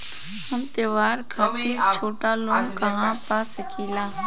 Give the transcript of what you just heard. हम त्योहार खातिर छोटा लोन कहा पा सकिला?